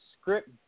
script